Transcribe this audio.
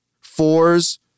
Fours